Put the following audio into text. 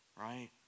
right